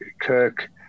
Kirk